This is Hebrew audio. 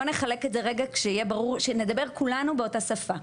בוא נחלק את זה רגע שנדבר כולנו באותה שפה.